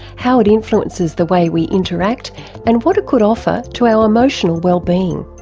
how it influences the way we interact and what it could offer to our emotional wellbeing.